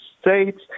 States